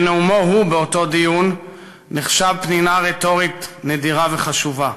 שנאומו-הוא באותו דיון נחשב פנינה רטורית נדירה וחשובה.